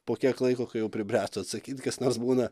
po kiek laiko kai jau pribręsta atsakyt kas nors būna